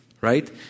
right